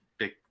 Big